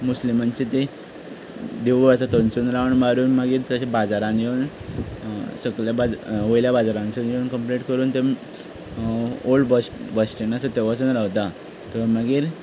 मुस्लिमांची ती देवूळ आसा थंयसून राउंड मारून मागीर तशें बाजारांत येवून सकयल्या बाजारांत वयल्या बाजारांतसून येवून कंप्लीट करून तें ऑल्ड बसस्टँड आसा थंय वचून रावता थंय मागीर